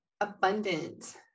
abundant